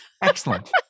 Excellent